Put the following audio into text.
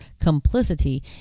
complicity